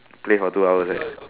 play for two hours right